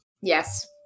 Yes